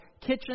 kitchen